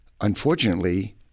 Unfortunately